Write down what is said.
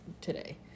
today